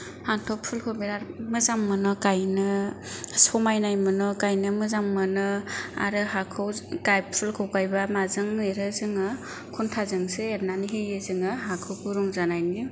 आंथ' फुलखौ बिराद मोजां मोनो गायनो समायनाय मोनो गायनो मोजां मोनो आरो हाखौ गाय फुलखौ गायबा माजों एरो जोङो खन्थाजोंसो एरनानै होयो जोङो हाखौ गुरुं जानायनि